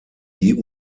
die